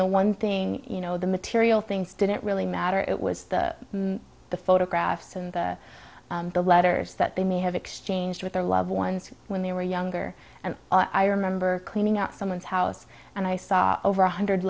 the one thing you know the material things didn't really matter it was the the photographs and the letters that they may have exchanged with their loved ones when they were younger and i remember cleaning out someone's house and i saw over one hundred